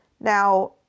Now